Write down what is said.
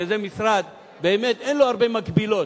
שזה משרד שבאמת אין לו הרבה מקבילות,